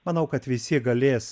manau kad visi galės